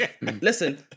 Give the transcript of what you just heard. listen